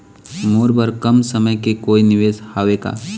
मोर बर कम समय के कोई निवेश हावे का?